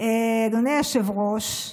אדוני היושב-ראש,